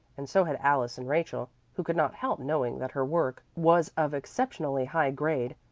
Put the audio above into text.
and so had alice and rachel, who could not help knowing that her work was of exceptionally high grade,